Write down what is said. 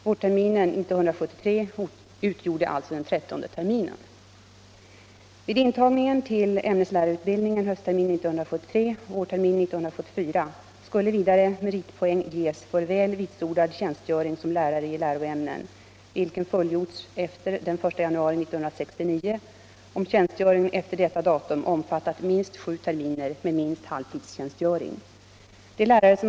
Vårterminen 1973 utgjorde alltså den 13:e terminen.